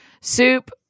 soup